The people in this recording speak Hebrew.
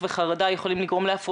טומן בחובו גם הזדמנויות שעלינו לזהות